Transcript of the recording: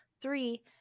three